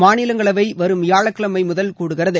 மாநிலங்களவை வரும் வியாழக்கிழமை முதல் கூடுகிறது